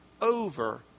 over